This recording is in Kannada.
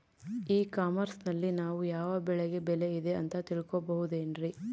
ಇ ಕಾಮರ್ಸ್ ನಲ್ಲಿ ನಾವು ಯಾವ ಬೆಳೆಗೆ ಬೆಲೆ ಇದೆ ಅಂತ ತಿಳ್ಕೋ ಬಹುದೇನ್ರಿ?